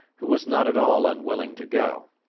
who was not at all unwilling to go.